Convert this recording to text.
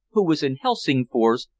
who was in helsingfors,